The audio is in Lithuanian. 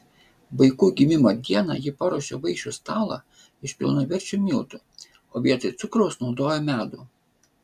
vaikų gimimo dieną ji paruošė vaišių stalą iš pilnaverčių miltų o vietoj cukraus naudojo medų